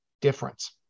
difference